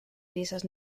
brisas